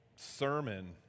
sermon